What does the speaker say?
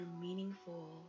meaningful